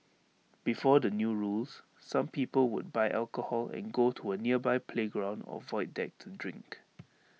before the new rules some people would buy alcohol and go to A nearby playground or void deck to drink